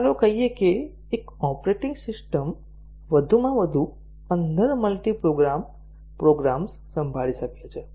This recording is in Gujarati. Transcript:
ચાલો કહીએ કે એક ઓપરેટિંગ સિસ્ટમ વધુમાં વધુ 15 મલ્ટિપ્રોગ્રામ પ્રોગ્રામ્સ સંભાળી શકે છે